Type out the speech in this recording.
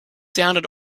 sounded